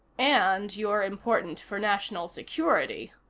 and you're important for national security,